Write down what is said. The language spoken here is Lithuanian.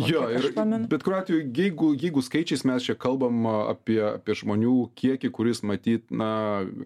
jo ir bet kuriuo atveju jeigu jeigu skaičiais mes čia kalbam apie žmonių kiekį kuris matyt na